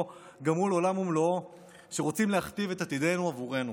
גם מול עולם ומלואו שרוצים להכתיב את עתידנו עבורנו.